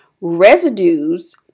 residues